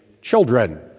children